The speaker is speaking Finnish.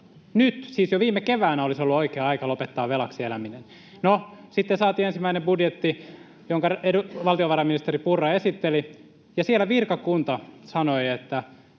nyt, siis jo viime keväänä, olisi ollut oikea aika lopettaa velaksi eläminen. No, sitten saatiin ensimmäinen budjetti, jonka valtiovarainministeri Purra esitteli, ja siellä virkakunta sanoi, että